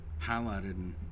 highlighted